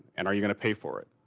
and are you gonna pay for it?